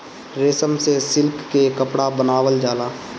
रेशम से सिल्क के कपड़ा बनावल जाला